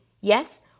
Yes